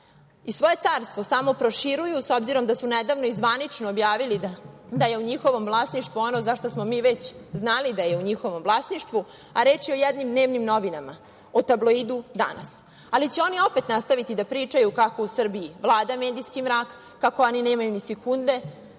Svoje carstvo samo proširuju, s obzirom da su nedavno i zvanično objavili da je u njihovom vlasništvu ono za šta smo mi već znali da je u njihovom vlasništvu, a reč je o jednim dnevnim novinama, o tabloidu „Danas“. Ali, oni će opet nastaviti da pričaju kako u Srbiji vlada medijski mrak, kako oni nemaju ni sekunde